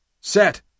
Set